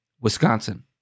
Wisconsin